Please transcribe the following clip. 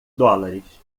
dólares